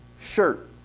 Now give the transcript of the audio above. shirt